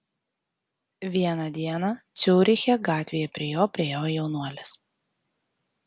vieną dieną ciuriche gatvėje prie jo priėjo jaunuolis